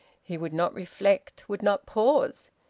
he would not reflect, would not pause.